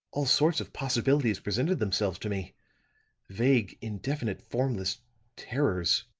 all sorts of possibilities presented themselves to me vague, indefinite, formless terrors.